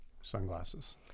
sunglasses